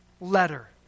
letter